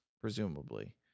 presumably